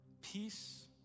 Peace